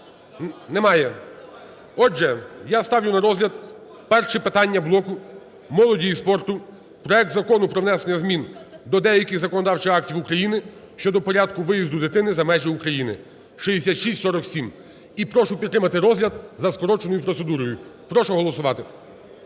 Отже, я ставлю на розгляд перше питання блоку молоді і спорту. Проект Закону про внесення змін до деяких законодавчих актів України щодо порядку виїзду дитини за межі України (6647). І прошу підтримати розгляд за скороченою процедурою. Прошу голосувати.